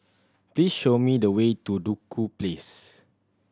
please show me the way to Duku Place